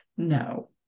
no